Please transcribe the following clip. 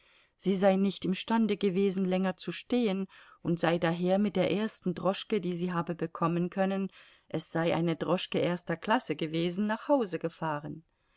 sie sei nicht imstande gewesen länger zu stehen und sei daher mit der ersten droschke die sie habe bekommen können es sei eine droschke erster klasse gewesen nach hause gefahren